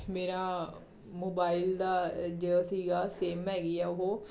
ਮੇਰਾ ਮੋਬਾਈਲ ਦਾ ਜੋ ਸੀਗਾ ਸਿੰਮ ਹੈਗੀ ਆ ਉਹ